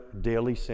daily